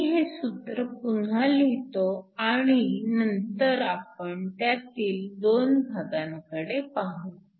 मी हे सूत्र पुन्हा लिहितो आणि नंतर आपण त्यातील २ भागांकडे पाहू